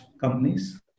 companies